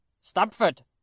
Stamford